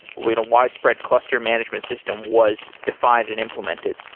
when a widespread cluster management system was defined and implemented?